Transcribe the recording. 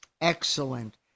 excellent